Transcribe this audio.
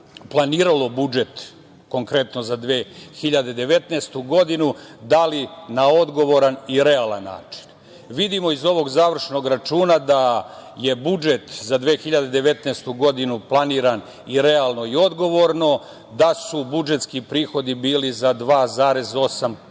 planiralo budžet konkretno za 2019. godinu da li na odgovoran i realan način. Vidimo iz ovog završnog računa da je budžet za 2019. godinu planiran realno i odgovorno, da su budžetski prihodi bili za 2,8%